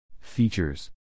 Features